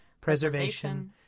preservation